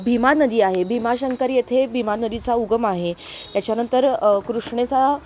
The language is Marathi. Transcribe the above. भीमा नदी आहे भीमा शंकर येथे भीमा नदीचा उगम आहे याच्यानंतर कृष्णेचा